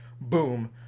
boom